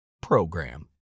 program